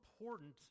important